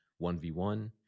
1v1